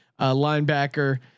linebacker